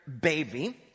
baby